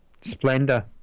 splendor